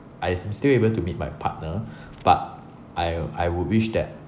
I'm still able to meet my partner but I'll I would wish that